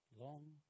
Long